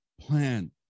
plan